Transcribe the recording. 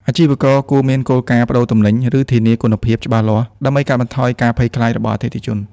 អាជីវករគួរមានគោលការណ៍ ប្ដូរទំនិញ ឬធានាគុណភាព ច្បាស់លាស់ ដើម្បីកាត់បន្ថយការភ័យខ្លាចរបស់អតិថិជន។